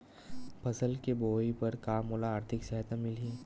फसल के बोआई बर का मोला आर्थिक सहायता मिलही?